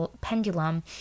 pendulum